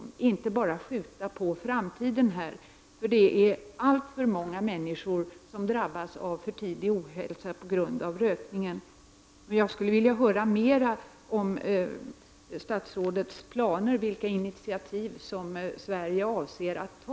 Man skall inte bara skjuta frågan på framtiden. Det är alltför många människor som drabbas av för tidig ohälsa på grund av rökningen. Jag skulle vilja höra mer om statsrådets planer och vilka initiativ som Sverige avser att ta.